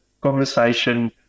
conversation